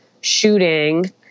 shooting